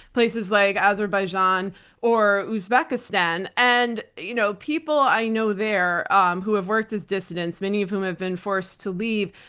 places like azerbaijan or uzbekistan. and you know people i know there um who have worked as dissidents, many of whom have been forced to leave,